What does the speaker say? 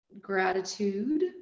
gratitude